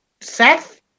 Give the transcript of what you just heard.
Seth